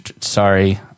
sorry